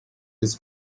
this